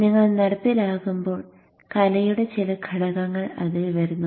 നിങ്ങൾ നടപ്പിലാക്കുമ്പോൾ കലയുടെ ചില ഘടകങ്ങൾ അതിൽ വരുന്നു